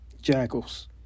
jackals